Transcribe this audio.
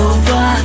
over